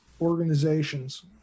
organizations